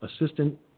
assistant